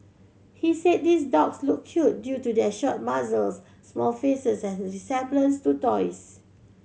he said these dogs look cute due to their short muzzles small faces and resemblance to toys